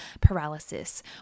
paralysis